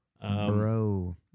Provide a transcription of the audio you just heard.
Bro